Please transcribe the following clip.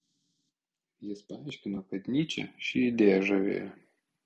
jis paaiškino kad nyčę ši idėja žavėjo